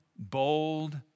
bold